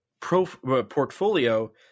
portfolio